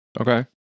Okay